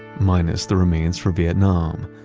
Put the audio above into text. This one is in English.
minus the remains for vietnam.